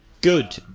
Good